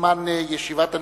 בזמן ישיבת הנשיאות,